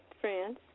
france